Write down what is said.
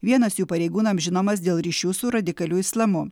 vienas jų pareigūnams žinomas dėl ryšių su radikaliu islamu